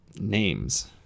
Names